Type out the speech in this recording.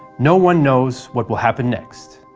no one knows what will happen next.